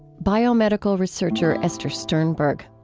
biomedical researcher esther sternberg.